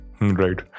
Right